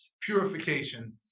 purification